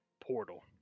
portal